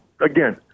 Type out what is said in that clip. again